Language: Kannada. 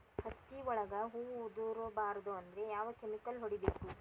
ಹತ್ತಿ ಒಳಗ ಹೂವು ಉದುರ್ ಬಾರದು ಅಂದ್ರ ಯಾವ ಕೆಮಿಕಲ್ ಹೊಡಿಬೇಕು?